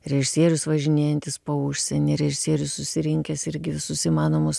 režisierius važinėjantis po užsienį režisierius susirinkęs irgi visus įmanomus